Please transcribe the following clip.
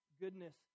goodness